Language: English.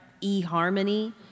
e-harmony